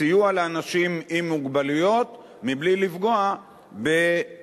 סיוע לאנשים עם מוגבלויות מבלי לפגוע באינטרסים